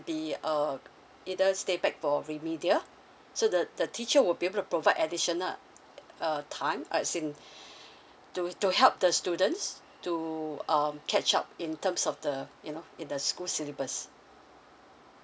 the uh either stay back for remedial so the the teacher will be able provide additional time as in to to help the students to um catch up in terms of the you know in the school syllabus